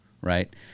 right